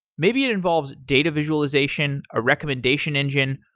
maybe it involves data visualization, a recommendation engine,